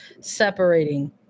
separating